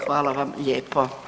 Hvala vam lijepo.